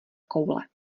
koule